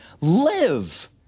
live